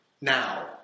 Now